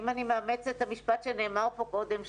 אם אני מאמצת את המשפט שנאמר פה קודם,